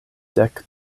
dek